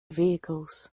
vehicles